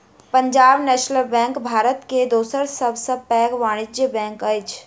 Punjab National Bank Bharat के दोसर सब सॅ पैघ वाणिज्य बैंक अछि